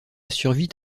survit